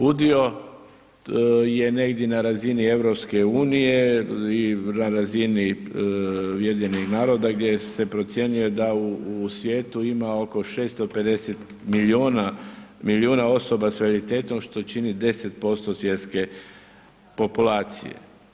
Udio je negdje na razini EU i na razini UN-a gdje se procjenjuje da u svijetu ima oko 650 milijuna osoba sa invaliditetom što čini 10% svjetske populacije.